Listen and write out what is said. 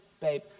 babe